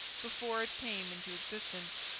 before it came into existence.